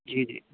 जी जी